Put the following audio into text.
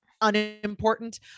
unimportant